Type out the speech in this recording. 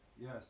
Yes